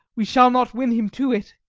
we shall not win him to it.